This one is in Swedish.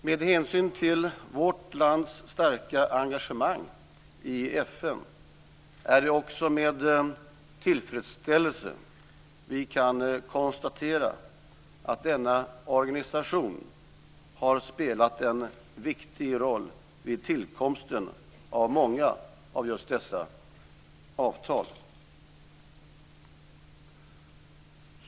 Med hänsyn till vårt lands starka engagemang i FN är det också med tillfredsställelse vi kan konstatera att denna organisation har spelat en viktig roll vid tillkomsten av många av dessa avtal.